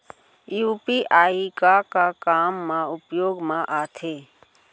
UPI का का काम मा उपयोग मा आथे?